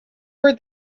were